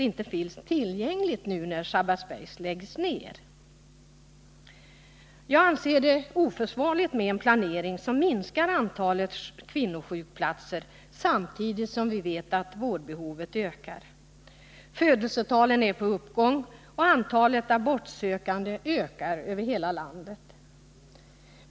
I själva verket kommer inte ens några egentliga upptagningsområden att finnas tillgängliga när Sabbatsberg läggs ner. Jag anser det oförsvarligt med en planering som syftar till att minska antalet kvinnosjukvårdsplatser samtidigt som vi vet att vårdbehovet ökar. Födelsetalen är på uppgång, och antalet abortsökande ökar över hela landet.